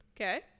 Okay